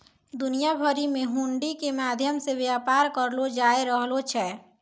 दुनिया भरि मे हुंडी के माध्यम से व्यापार करलो जाय रहलो छै